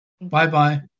Bye-bye